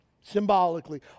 Symbolically